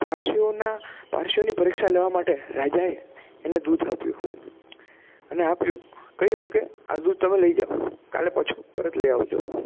પારસીઓના પારસીઓની પરીક્ષા લેવા માટે રાજાએ એને દૂધ આપ્યું અને આપ્યું કે કયું કે આ દૂધ તમે લઈ જાઓ કાલે પાછું પરત લઈ આવજો